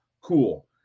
Cool